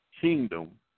kingdom